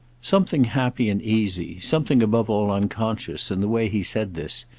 something happy and easy, something above all unconscious, in the way he said this,